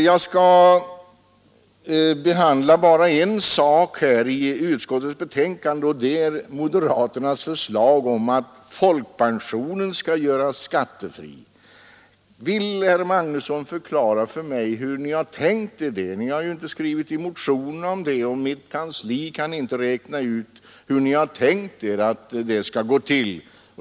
Jag skall behandla bara en sak i skatteutskottets betänkande, och det är moderaternas förslag om att folkpensionen skall göras skattefri. Vill herr Magnusson i Borås förklara för mig hur ni har tänkt er det? Ni har ju inte skrivit i motionen om det, och mitt kansli kan inte räkna ut hur ni har tänkt er att det skall gå till.